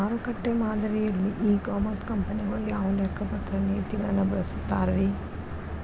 ಮಾರುಕಟ್ಟೆ ಮಾದರಿಯಲ್ಲಿ e commerce ಕಂಪನಿಗಳು ಯಾವ ಲೆಕ್ಕಪತ್ರ ನೇತಿಗಳನ್ನ ಬಳಸುತ್ತಾರಿ?